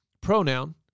pronoun